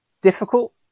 difficult